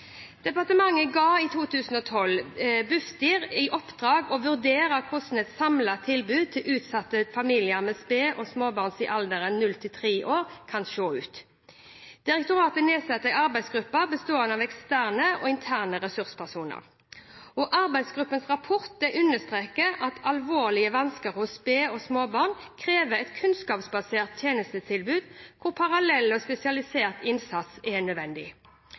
Departementet ga i 2012 Bufdir i oppdrag å vurdere hvordan et samlet tilbud til utsatte familier med sped- og småbarn i alderen 0–3 år kan se ut. Direktoratet nedsatte en arbeidsgruppe bestående av eksterne og interne ressurspersoner. Arbeidsgruppens rapport understreker at alvorlige vansker hos sped- og småbarn krever et kunnskapsbasert tjenestetilbud hvor parallell og spesialisert innsats er nødvendig.